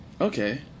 Okay